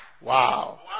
Wow